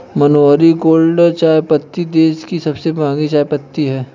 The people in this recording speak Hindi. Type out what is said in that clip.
मनोहारी गोल्ड चायपत्ती देश की सबसे महंगी चायपत्ती है